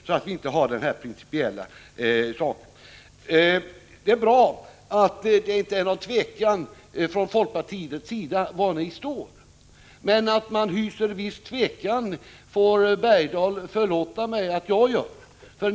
Det är bra att det i folkpartiet inte råder något tvivel om var man står i den här frågan. Men Hugo Bergdahl får förlåta mig om jag tvivlar på detta.